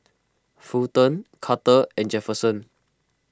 Fulton Carter and Jefferson